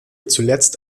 zuletzt